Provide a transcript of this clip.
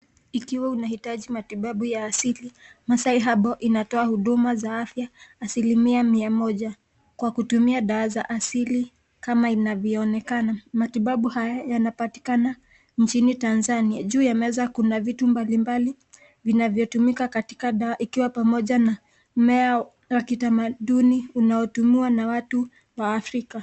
Ikiwa unahitaji matibabu ya asili, Masai Herbal inatoa huduma za afya asilimia mia moja kwa kutumia dawa za asili kama inavyoonekana. Matibabu haya yanapatikana nchini Tanzania. Juu ya meza kuna vitu mbalimbali vinavyotumika katika dawa ikiwa pamoja na mmea wa kitamaduni unaotumiwa na watu wa Afrika.